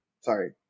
Sorry